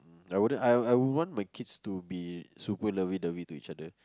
I wouldn't I I would want my kids to be super lovey dovey to each other